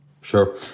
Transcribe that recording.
Sure